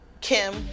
Kim